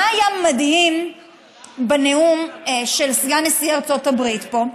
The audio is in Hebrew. מה היה מדהים בנאום של סגן נשיא ארצות הברית פה?